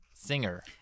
Singer